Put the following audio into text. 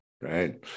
Right